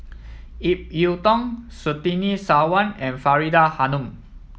Ip Yiu Tung Surtini Sarwan and Faridah Hanum